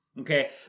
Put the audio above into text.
Okay